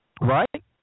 Right